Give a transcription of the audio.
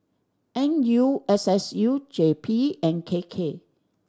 N U S S U J P and K K